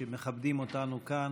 שמכבדים אותנו כאן